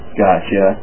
gotcha